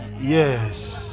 Yes